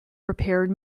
prepared